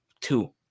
two